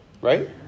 Right